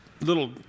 little